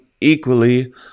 Equally